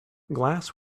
glass